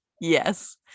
yes